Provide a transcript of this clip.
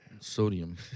Sodium